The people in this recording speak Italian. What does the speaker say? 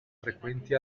frequenti